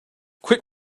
quit